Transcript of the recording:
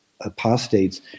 apostates